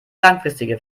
langfristige